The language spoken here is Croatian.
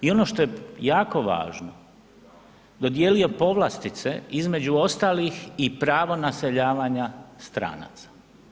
I ono što je jako važno, dodijelio povlastice između ostalih i pravo naseljavanja stranaca.